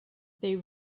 they